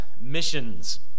missions